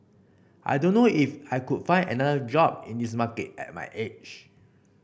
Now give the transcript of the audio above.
I don't know if I could find another job in this market at my age